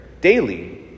daily